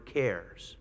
cares